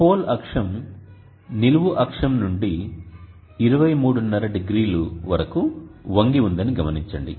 pole అక్షం నిలువు అక్షం నుండి 23½0 వరకు వంగి ఉందని గమనించండి